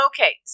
Okay